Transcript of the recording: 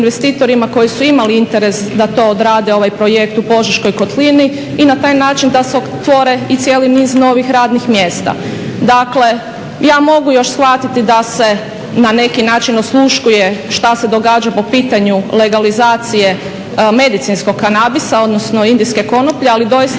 koji su imali interes da to odrade ovaj projekt u požeškoj kotlini i na taj način da se otvori i cijeli niz novih radnih mjesta. Dakle, ja mogu još shvatiti da se na neki način osluškuje što se događa po pitanju legalizacije medicinskog kanabisa odnosno indijske konoplje ali doista